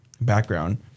background